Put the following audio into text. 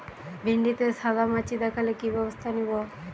ভিন্ডিতে সাদা মাছি দেখালে কি ব্যবস্থা নেবো?